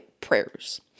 prayers